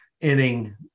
inning